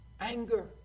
Anger